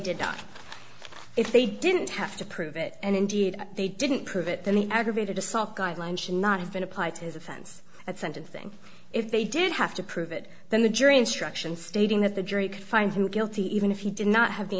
i if they didn't have to prove it and indeed they didn't prove it then the aggravated assault guideline should not have been applied his offense at sentencing if they did have to prove it then the jury instruction stating that the jury could find him guilty even if he did not have the